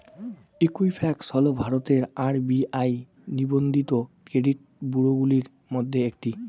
Equifax হল ভারতের RBI নিবন্ধিত ক্রেডিট ব্যুরোগুলির মধ্যে একটি